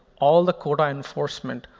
all the quota enforcement,